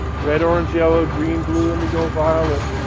red, orange, yellow, green, blue, indigo, violet,